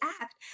act